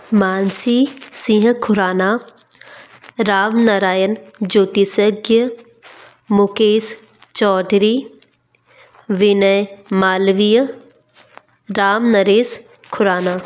Mansi Singh Khurana Ramnarayan Jyoti Shakya Mukesh Chaudhary Vinay Malviya Ram Naresh Khurana